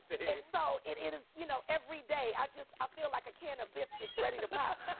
see. and so, it is, you know, every day. i just, i feel like a can of biscuits ready to pop.